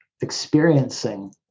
experiencing